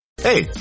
Hey